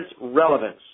relevance